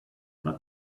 but